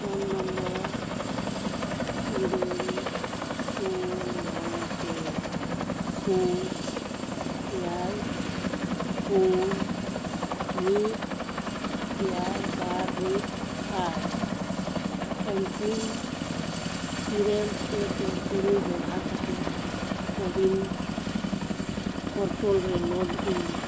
phone number ᱤᱨᱟᱹᱞ ᱥᱩᱱ ᱢᱚᱬᱮ ᱯᱮ ᱥᱩᱱ ᱮᱭᱟᱭ ᱯᱩᱱ ᱢᱤᱫ ᱮᱭᱟᱭ ᱵᱟᱨ ᱢᱤᱫ ᱟᱨ ᱮᱢ ᱯᱤᱱ ᱤᱨᱟᱹᱞ ᱯᱮ ᱯᱮ ᱛᱩᱨᱩᱭ ᱵᱮᱵᱷᱟᱨ ᱠᱟᱛᱮᱫ ᱠᱳ ᱩᱭᱤᱱ ᱯᱳᱨᱴᱟᱞ ᱨᱮ ᱞᱚᱜᱤᱱ ᱢᱮ